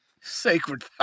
Sacred